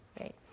right